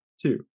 two